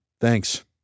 Thanks